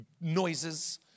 noises